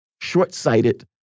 short-sighted